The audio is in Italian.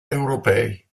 europei